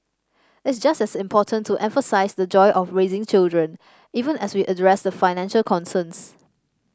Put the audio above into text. it's just as important to emphasise the joy of raising children even as we address the financial concerns